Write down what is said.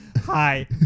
Hi